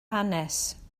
hanes